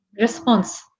response